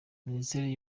minisiteri